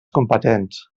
combatents